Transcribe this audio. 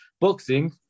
boxing